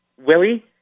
Willie